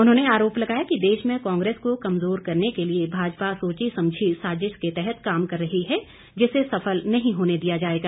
उन्होंने आरोप लगाया कि देश में कांग्रेस को कमजोर करने के लिए भाजपा सोची समझी साजिश के तहत काम कर रही है जिसे सफल नहीं होने दिया जाएगा